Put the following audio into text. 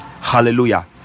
hallelujah